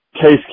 Case